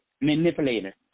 manipulator